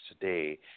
today